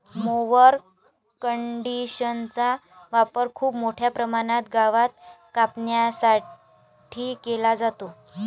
mower कंडिशनरचा वापर खूप मोठ्या प्रमाणात गवत कापण्यासाठी केला जातो